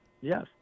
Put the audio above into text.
yes